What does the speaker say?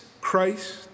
Christ